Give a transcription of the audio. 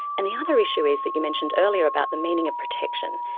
and the other issue is, that you mentioned earlier, about the meaning of protection.